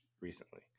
recently